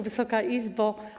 Wysoka Izbo!